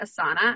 Asana